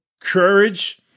courage